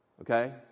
Okay